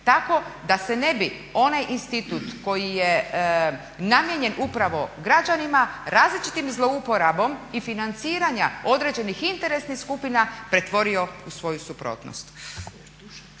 Tako da se ne bi onaj institut koji je namijenjen upravo građanima različitom zlouporabom i financiranja određenih interesnih skupina pretvorio u svoju suprotnost.